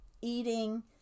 eating